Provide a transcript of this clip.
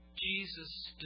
Jesus